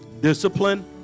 discipline